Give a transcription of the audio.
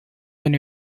been